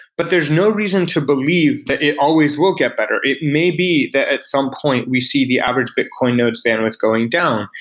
but there is no reason to believe that it always will get better. it maybe that at some point, we see the average bitcoin nodes bandwidth going down,